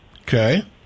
Okay